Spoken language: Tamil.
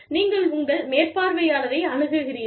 நீங்கள் உங்கள் மேற்பார்வையாளரை அணுகுகிறீர்கள்